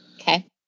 Okay